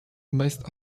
based